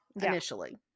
initially